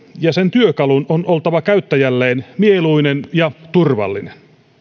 ja sen työkalun on oltava käyttäjälleen mieluinen ja turvallinen